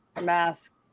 mask